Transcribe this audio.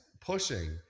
pushing